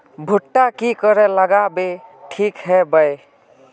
भुट्टा की करे लगा ले ठिक है बय?